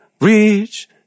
reach